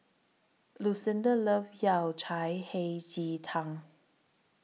Lucinda loves Yao Cai Hei Ji Tang